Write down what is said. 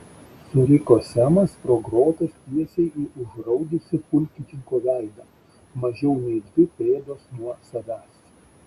suriko semas pro grotas tiesiai į užraudusį pulkininko veidą mažiau nei dvi pėdos nuo savęs